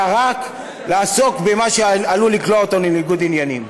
אלא לעסוק רק במה שעלול להביא לכך שייקלעו לניגוד עניינים.